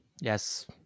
Yes